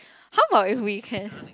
how about if we can